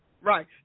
Right